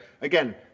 again